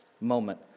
moment